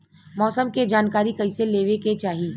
मौसम के जानकारी कईसे लेवे के चाही?